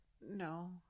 No